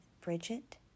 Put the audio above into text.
bridget